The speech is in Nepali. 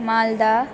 माल्दा